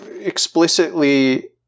explicitly